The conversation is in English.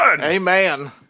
Amen